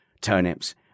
turnips